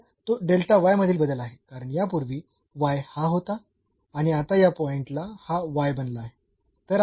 तर तो मधील बदल आहे कारण यापूर्वी हा होता आणि आता या पॉईंट ला हा बनला आहे